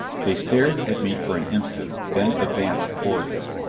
they stared at me for an instant, then advanced toward me.